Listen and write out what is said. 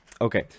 Okay